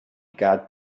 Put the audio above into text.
got